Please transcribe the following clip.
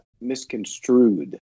misconstrued